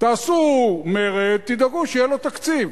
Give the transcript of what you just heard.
תעשו מרד, תדאגו שיהיה לו תקציב.